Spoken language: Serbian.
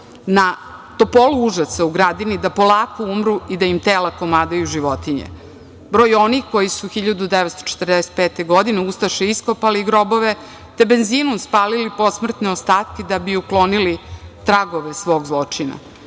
na topolu užasa u gradini da polako umru i da im tela komadaju životinje, broj onih koji su 1945. godine ustaše iskopali grobove, te benzinom spalili posmrtne ostatke da bi uklonili tragove svog zločina